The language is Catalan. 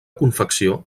confecció